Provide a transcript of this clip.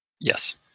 Yes